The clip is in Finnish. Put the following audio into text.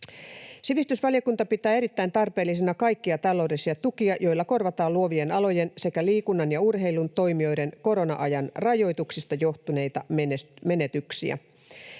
Sivistysvaliokunta pitää erittäin tarpeellisena kaikkia taloudellisia tukia, joilla kor-vataan luovien alojen sekä liikunnan ja urheilun toimijoiden korona-ajan rajoituksista johtuneita menetyksiä.